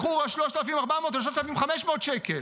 בחורה 3,400 ו-3,500 שקל.